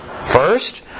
First